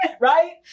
Right